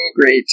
great